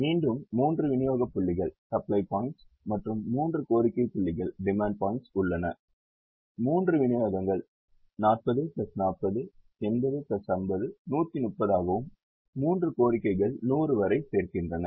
மீண்டும் 3 விநியோக புள்ளிகள் மற்றும் 3 கோரிக்கை புள்ளிகள் உள்ளன 3 விநியோகங்கள் 40 40 80 50 130 ஆகவும் 3 கோரிக்கைகள் 100 வரை சேர்க்கின்றன